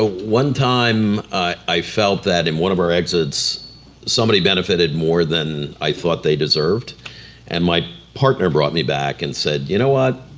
ah one time i felt that in one of our exits somebody benefited more than i thought they deserved and my partner brought me back and said, you know what,